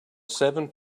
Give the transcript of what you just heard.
seven